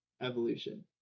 evolution